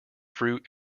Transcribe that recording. fruit